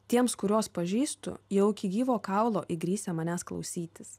tiems kuriuos pažįstu jau iki gyvo kaulo įgrisę manęs klausytis